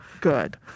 good